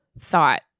thought